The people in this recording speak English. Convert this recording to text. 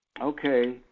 Okay